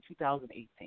2018